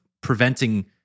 preventing